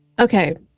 Okay